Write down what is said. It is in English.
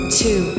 two